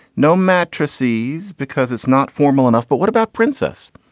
no mattresses because it's not formal enough. but what about princess?